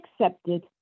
accepted